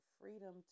freedom